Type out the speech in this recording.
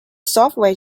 software